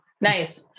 Nice